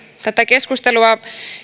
tätä keskustelua